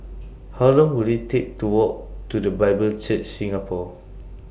How Long Will IT Take to Walk to The Bible Church Singapore